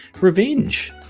revenge